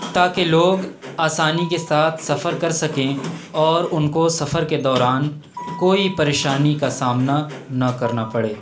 تا کہ لوگ آسانی کے ساتھ سفر کر سکیں اور ان کو سفر کے دوران کوئی پریشانی کا سامنا نہ کرنا پڑے